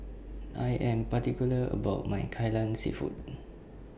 I Am particular about My Kai Lan Seafood